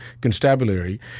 Constabulary